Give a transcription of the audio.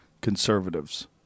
conservatives